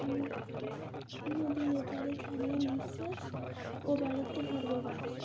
নদীর এপারে ছাড়িয়া নিঃশ্বাস পাড়েতে সর্বসুখ আমার বিশ্বাস